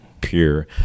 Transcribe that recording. pure